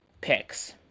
picks